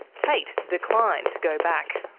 tate declined to go back.